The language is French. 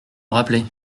rappeler